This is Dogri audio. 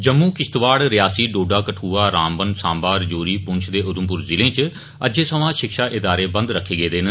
जम्मू किश्तवाड़ रियासी डोडा कठुआ रामबन सांबा रजौरी पुंछ ते उधमपुर जिलें च अज्ज सब्बै शिक्षा इदारे बंद रक्खे गेदे न